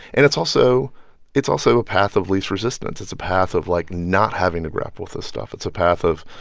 and it's also it's also a path of least resistance. it's a path of, like, not having to grapple with this stuff. it's a path of,